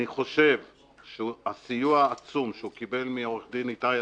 אני חושב שהסיוע העצום שהוא קיבל מעורך דין איתי עצמון,